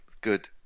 good